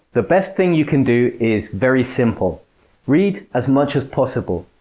the best thing you can do is very simple read as much as possible.